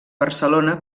barcelona